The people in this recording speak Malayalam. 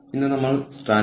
നിങ്ങൾക്ക് സ്ലൈഡുകൾ കാണാം